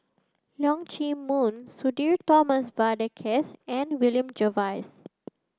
Leong Chee Mun Sudhir Thomas Vadaketh and William Jervois